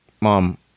Mom